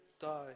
die